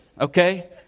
okay